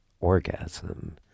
orgasm